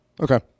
Okay